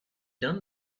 done